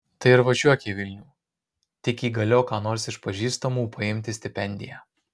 tai ir važiuok į vilnių tik įgaliok ką nors iš pažįstamų paimti stipendiją